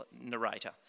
narrator